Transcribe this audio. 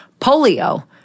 polio